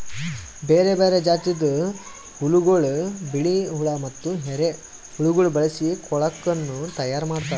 ಬೇರೆ ಬೇರೆ ಜಾತಿದ್ ಹುಳಗೊಳ್, ಬಿಳಿ ಹುಳ ಮತ್ತ ಎರೆಹುಳಗೊಳ್ ಬಳಸಿ ಕೊಳುಕನ್ನ ತೈಯಾರ್ ಮಾಡ್ತಾರ್